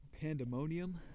pandemonium